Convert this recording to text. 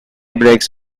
brakes